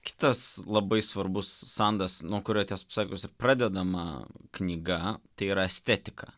kitas labai svarbus sandas nuo kurio tiesą pasakius ir pradedama knyga tai yra estetika